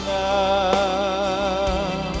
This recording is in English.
now